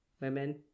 women